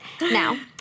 Now